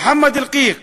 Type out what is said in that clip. מוחמד אלקיק